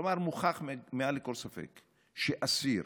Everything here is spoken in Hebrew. כלומר, מוכח מעל לכל ספק שאסיר